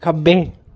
खब्बे